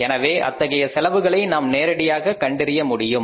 எனவே அத்தகைய செலவுகளை நாம் நேரடியாக கண்டறிய முடியும்